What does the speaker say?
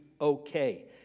okay